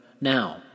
now